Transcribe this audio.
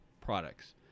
products